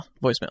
voicemail